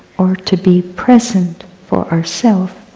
or to be present for ourself.